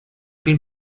been